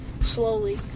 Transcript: slowly